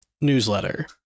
newsletter